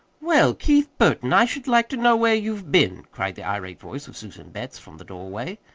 well, keith burton, i should like to know where you've been, cried the irate voice of susan betts from the doorway.